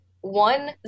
one